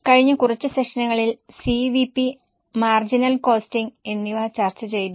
കഴിഞ്ഞ കുറച്ച് സെഷനുകളിൽ സിവിപി മാർജിനൽ കോസ്റ്റിംഗ് എന്നിവ ഞങ്ങൾ ചർച്ച ചെയ്തു